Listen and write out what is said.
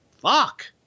fuck